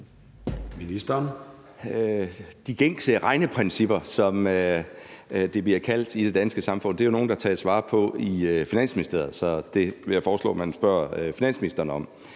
Bødskov): De gængse regneprincipper, som de bliver kaldt i det danske samfund, er jo nogle, der tages vare på i Finansministeriet, så det vil jeg foreslå man spørger finansministeren om.